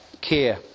care